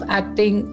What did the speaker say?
acting